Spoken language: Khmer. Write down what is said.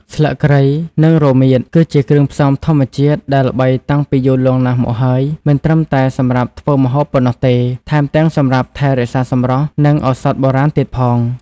ស្លឹកគ្រៃ និងរមៀត គឺជាគ្រឿងផ្សំធម្មជាតិដែលល្បីតាំងពីយូរលង់ណាស់មកហើយ មិនត្រឹមតែសម្រាប់ធ្វើម្ហូបប៉ុណ្ណោះទេ ថែមទាំងសម្រាប់ថែរក្សាសម្រស់ និងឱសថបុរាណទៀតផង។